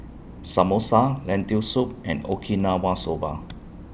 Samosa Lentil Soup and Okinawa Soba